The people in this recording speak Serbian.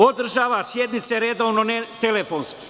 Održava sednice redovno, ne telefonski.